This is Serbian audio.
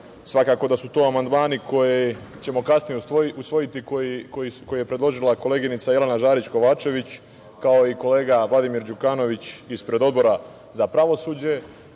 Svakako da su to amandmani koje ćemo kasnije usvojiti, koje je predložila koleginica Jelena Žarić Kovačević, kao i kolega Vladimir Đukanović ispred Odbora za pravosuđe,